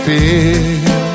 feel